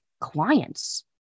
clients